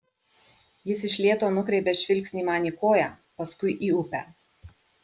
jis iš lėto nukreipia žvilgsnį man į koją paskui į upę